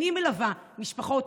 אני מלווה משפחות,